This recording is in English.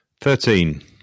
Thirteen